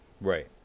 Right